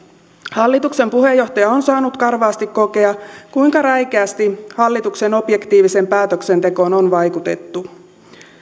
hallituksen puheenjohtaja on saanut karvaasti kokea kuinka räikeästi hallituksen objektiiviseen päätöksentekoon on vaikutettu